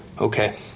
Okay